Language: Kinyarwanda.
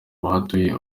batuye